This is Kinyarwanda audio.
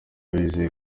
bizeye